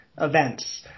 events